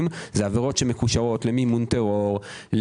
זה עבירות שמקושרות למימון טרור,